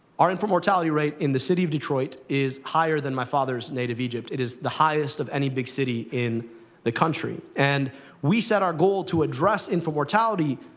our infant mortality rate in the city of detroit is higher than my father's native egypt. it is the highest of any big city in the country. and we set our goal to address infant mortality,